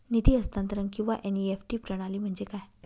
निधी हस्तांतरण किंवा एन.ई.एफ.टी प्रणाली म्हणजे काय?